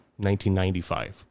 1995